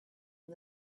and